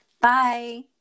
Bye